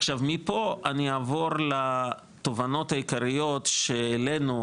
עכשיו מפה אני אעבור לתובנות העיקריות שהעלינו,